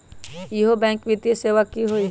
इहु बैंक वित्तीय सेवा की होई?